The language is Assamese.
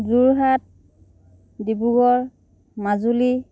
যোৰহাট ডিব্ৰুগড় মাজুলী